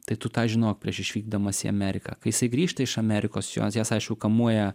tai tu tą žinok prieš išvykdamas į ameriką kai jisai grįžta iš amerikos jas aišku kamuoja